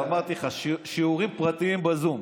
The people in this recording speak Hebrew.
אמרתי לך, שיעורים פרטיים בזום.